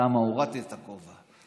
למה הורדת את הכובע,